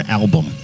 album